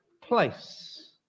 place